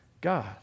God